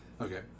Okay